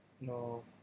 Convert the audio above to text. No